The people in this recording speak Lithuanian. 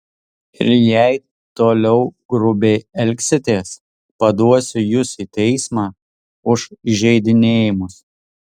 ir jei toliau grubiai elgsitės paduosiu jus į teismą už įžeidinėjimus